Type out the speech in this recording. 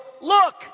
look